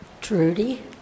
Trudy